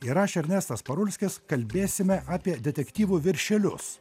ir aš ernestas parulskis kalbėsime apie detektyvų viršelius